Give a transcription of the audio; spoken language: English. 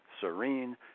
serene